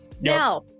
now